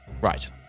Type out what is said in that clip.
Right